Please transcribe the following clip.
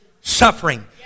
suffering